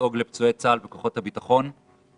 לדאוג לפצועי צה"ל וכוחות הביטחון ולהחזירם